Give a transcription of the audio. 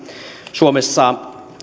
suomessa